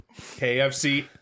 KFC